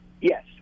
Yes